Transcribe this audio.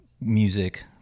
music